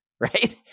right